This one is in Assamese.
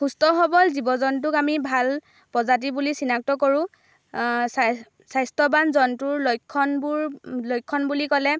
সুস্থ সৱল জীৱ জন্তুক আমি ভাল প্ৰজাতি বুলি চিনাক্ত কৰোঁ স্বাস্থ্যৱান জন্তুৰ লক্ষণবোৰ লক্ষণ বুলি ক'লে